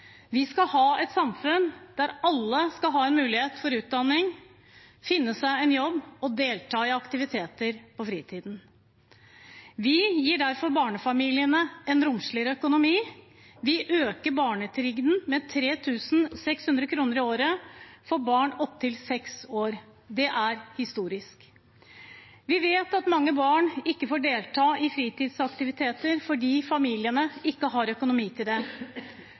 Vi skal ha et samfunn der alle skal ha en mulighet for utdanning, finne seg en jobb og delta i aktiviteter på fritiden. Vi gir derfor barnefamiliene en romsligere økonomi. Vi øker barnetrygden med 3 600 kr i året for barn opptil seks år. Det er historisk. Vi vet at mange barn ikke får delta i fritidsaktiviteter fordi familiene ikke har økonomi til det.